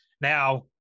Now